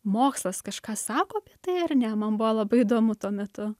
mokslas kažką sako apie tai ar ne man buvo labai įdomu tuo metu